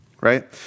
right